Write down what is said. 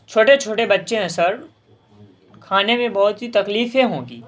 چھوٹے چھوٹے بچے ہیں سر کھانے میں بہت ہی تکلیفیں ہوں گی